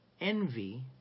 envy